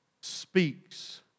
speaks